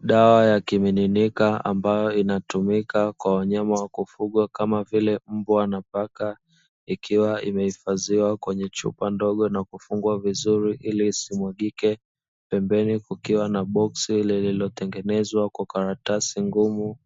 Dawa ya kimiminika ambayo inatumika kwa wanyama wa kufugwa, kama vile mbwa na paka, ikiwa imehifadhiwa kwenye chupa ndogo na kufungwa vizuri ili isimwagike, pembeni kukiwa na boksi lililotengenezwa kwa karatasi ngumu,